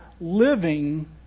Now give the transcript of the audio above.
living